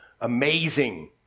amazing